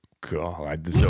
God